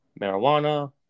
marijuana